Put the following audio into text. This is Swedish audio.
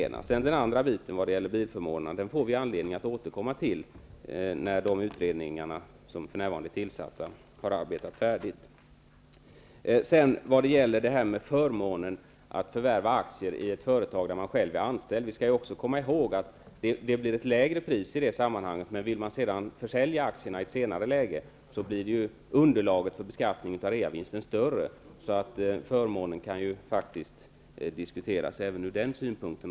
I övrigt får vi anledning att återkomma till bilförmånerna när de utredningar som för närvarande är tillsatta har arbetat färdigt. Beträffande förmånen att förvärva aktier i ett företag där man själv är anställd skall vi komma ihåg att det blir ett lägre pris vid förvärvet. Men vill man försälja aktierna i ett senare läge blir underlaget för beskattningen av reavinsten större. Förmånen kan faktiskt diskuteras även ur den synpunkten.